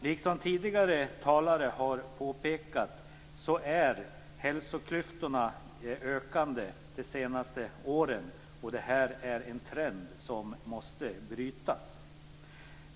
Liksom tidigare talare har påpekat har hälsoklyftorna ökat de senaste åren, och det är en trend som måste brytas.